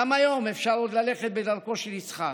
גם היום אפשר עוד ללכת בדרכו של יצחק: